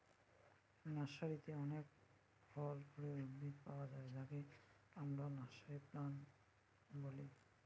নার্সারিতে অনেক ফল ফুলের উদ্ভিদ পায়া যায় যাকে আমরা নার্সারি প্লান্ট বলি